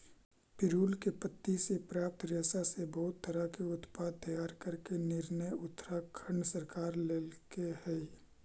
पिरुल के पत्ति से प्राप्त रेशा से बहुत तरह के उत्पाद तैयार करे के निर्णय उत्तराखण्ड सरकार लेल्के हई